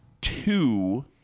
two